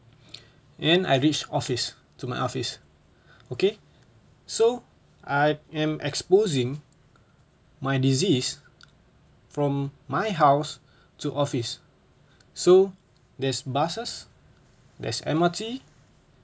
then I reach office to my office okay so I am exposing my disease from my house to office so there's buses there's M_R_T